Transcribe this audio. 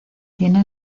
tiene